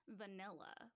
vanilla